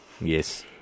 Yes